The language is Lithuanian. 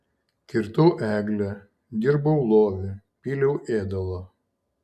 kirtau eglę dirbau lovį pyliau ėdalo